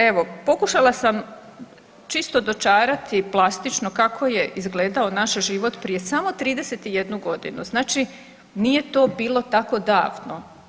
Evo, pokušala sam čisto dočarati plastično kako je izgledao naš život prije samo 31 godinu, znači nije to bilo tako davno.